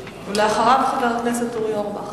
ואחריו, חבר הכנסת אורי אורבך.